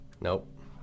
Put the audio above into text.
Nope